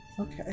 Okay